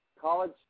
College